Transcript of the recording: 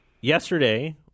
yesterday